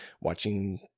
watching